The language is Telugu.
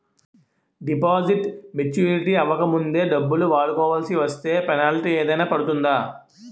డిపాజిట్ మెచ్యూరిటీ అవ్వక ముందే డబ్బులు వాడుకొవాల్సి వస్తే పెనాల్టీ ఏదైనా పడుతుందా?